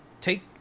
take